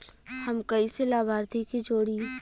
हम कइसे लाभार्थी के जोड़ी?